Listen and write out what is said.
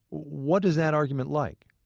what is that argument like?